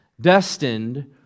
destined